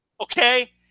okay